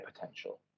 potential